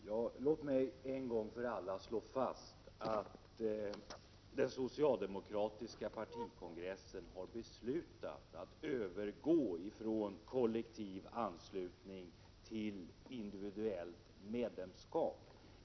Herr talman! Låt mig en gång för alla slå fast att den socialdemokratiska partikongressen har beslutat att övergå från kollektiv anslutning till individuellt medlemskap.